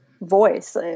voice